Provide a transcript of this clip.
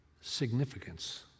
significance